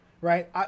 right